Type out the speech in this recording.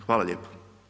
Hvala lijepo.